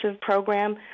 program